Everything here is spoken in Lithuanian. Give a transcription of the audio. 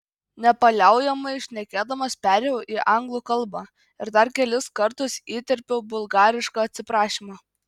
nepaliaujamai šnekėdamas perėjau į anglų kalbą ir dar kelis kartus įterpiau bulgarišką atsiprašymą